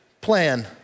plan